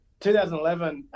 2011